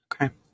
Okay